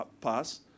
pass